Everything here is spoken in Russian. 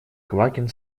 квакин